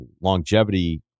longevity